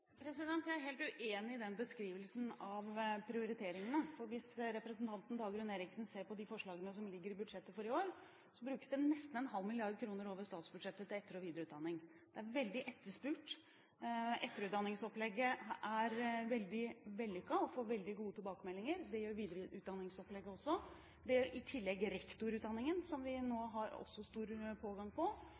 Jeg er helt uenig i beskrivelsen av prioriteringene. Hvis representanten Dagrun Eriksen ser på forslagene i statsbudsjettet for i år, ser hun at det brukes nesten 0,5 mrd. kr over statsbudsjettet til etter- og videreutdanning. Det er veldig etterspurt. Etterutdanningsopplegget er veldig vellykket – en får veldig gode tilbakemeldinger. Det gjør en når det gjelder videreutdanningsopplegget også. I tillegg gjør en det når det gjelder rektorutdanningen, hvor vi har stor pågang.